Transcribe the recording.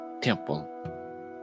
temple